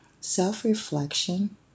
Self-reflection